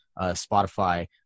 Spotify